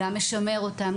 גם משמר אותן,